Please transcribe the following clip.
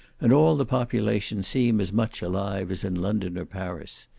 and all the population seem as much alive as in london or paris.